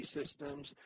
systems